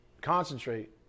Concentrate